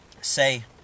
say